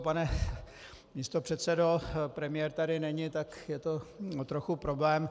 Pane místopředsedo, premiér tady není, tak je to trochu problém.